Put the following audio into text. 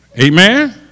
Amen